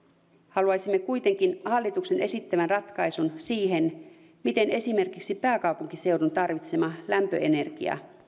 haluaisimme kuitenkin hallituksen esittävän ratkaisun siihen miten esimerkiksi pääkaupunkiseudun tarvitsema lämpöenergia